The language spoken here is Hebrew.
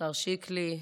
השר שיקלי,